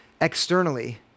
externally